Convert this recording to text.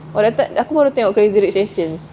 orh the third aku baru tengok crazy rich asians